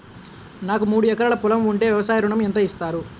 నాకు మూడు ఎకరాలు పొలం ఉంటే వ్యవసాయ ఋణం ఎంత ఇస్తారు?